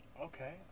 Okay